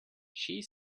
she